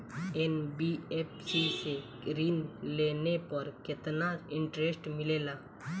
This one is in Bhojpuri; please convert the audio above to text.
एन.बी.एफ.सी से ऋण लेने पर केतना इंटरेस्ट मिलेला?